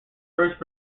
first